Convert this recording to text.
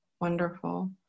Wonderful